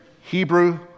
Hebrew